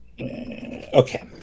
Okay